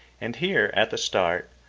and here, at the start,